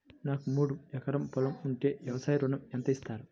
నాకు మూడు ఎకరాలు పొలం ఉంటే వ్యవసాయ ఋణం ఎంత ఇస్తారు?